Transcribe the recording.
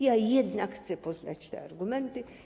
Ja jednak chcę poznać te argumenty.